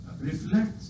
reflect